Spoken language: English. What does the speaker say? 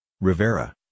Rivera